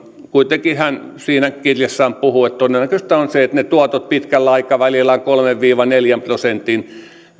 kuitenkin hän siinä kirjassaan puhuu että todennäköistä on se että ne tuotot pitkällä aikavälillä ovat kolmen viiva neljän prosentin